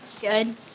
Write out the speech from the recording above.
Good